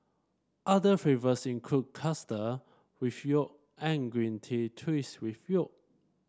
other flavours include custard with yolk and green tea twist with yolk